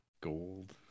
gold